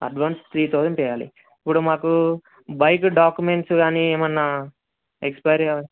advance three thousand చెయ్యాలి ఇప్పుడు మాకు బైక్ డాక్యుమెంట్స్ కానీ ఏమైనా ఎక్స్పైర్